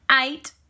eight